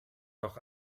doch